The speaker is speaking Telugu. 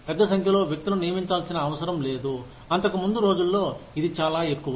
పెద్ద సంఖ్యలో వ్యక్తులను నియమించాల్సిన అవసరం లేదు అంతకుముందు రోజుల్లో ఇది చాలా ఎక్కువ